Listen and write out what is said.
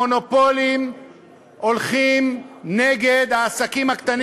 המונופולים הולכים נגד העסקים הקטנים